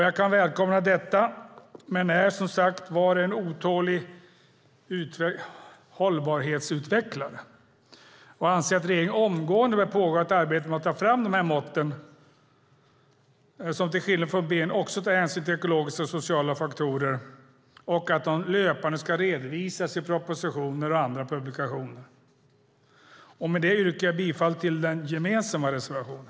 Jag välkomnar detta men är som sagt var en otålig hållbarhetsutvecklare och anser att regeringen omgående bör påbörja ett arbete med att ta fram mått som till skillnad från bnp också tar hänsyn till ekologiska och sociala faktorer och att dessa mått löpande redovisas i propositioner och andra publikationer. Med detta yrkar jag bifall till den gemensamma reservationen.